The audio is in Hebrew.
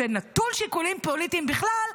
שנטול שיקולים פוליטיים בכלל,